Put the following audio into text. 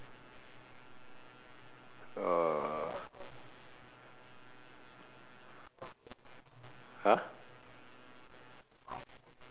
uhh !huh!